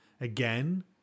Again